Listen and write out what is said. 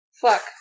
Fuck